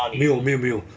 没有没有没有